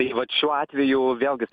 tai vat šiuo atveju vėlgi